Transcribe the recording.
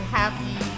happy